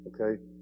Okay